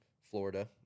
Florida